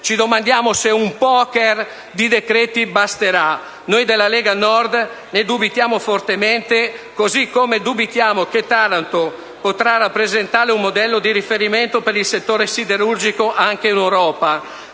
Ci domandiamo se un *poker* di decreti basterà. Noi della Lega Nord ne dubitiamo fortemente, così come dubitiamo che Taranto potrà rappresentare un modello di riferimento per il settore siderurgico anche in Europa.